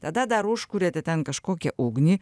tada dar užkuriate ten kažkokią ugnį